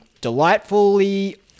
Delightfully